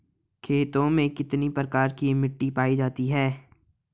खेतों में कितने प्रकार की मिटी पायी जाती हैं?